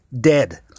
Dead